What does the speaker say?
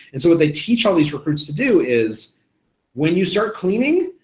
and so what they teach all these recruits to do is when you start cleaning,